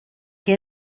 que